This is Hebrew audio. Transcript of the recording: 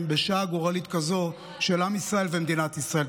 בשעה גורלית כזאת של עם ישראל ומדינת ישראל.